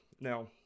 Now